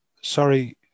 sorry